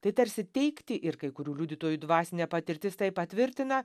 tai tarsi teikti ir kai kurių liudytojų dvasinė patirtis tai patvirtina